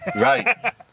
Right